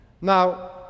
Now